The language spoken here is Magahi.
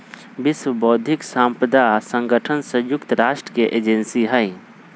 विश्व बौद्धिक साम्पदा संगठन संयुक्त राष्ट्र के एजेंसी हई